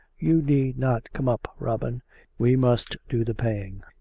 you need not come up, robin we must do the paying.